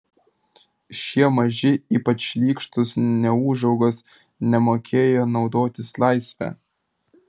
šie maži ypač šlykštūs neūžaugos nemokėjo naudotis laisve